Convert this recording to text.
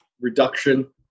reduction